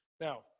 Now